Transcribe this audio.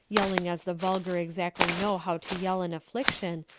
yelling as the vulgar exactly know how to yell in affliction,